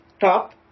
top